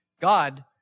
God